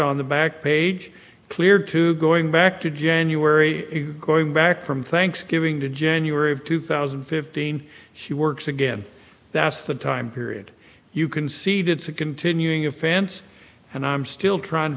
on the back page clear to going back to january going back from thanksgiving to january of two thousand and fifteen she works again that's the time period you concede it's a continuing offense and i'm still trying to